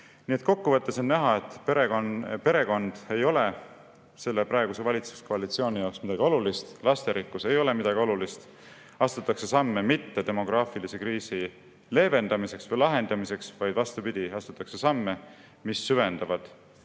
Nii et kokkuvõttes on näha, et perekond ei ole praeguse valitsuskoalitsiooni jaoks midagi olulist, lasterikkus ei ole midagi olulist. Ei astuta samme demograafilise kriisi leevendamiseks või lahendamiseks, vaid astutakse samme, mis süvendavad